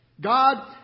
God